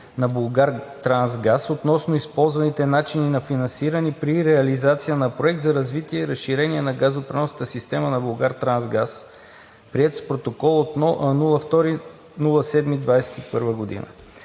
на „Булгартрансгаз“ относно използваните начини на финансиране при реализация на Проект за развитие и разширение на газопреносната система на „Булгартрансгаз“, приет с Протокол от 2 юли 2021 г.